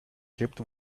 kept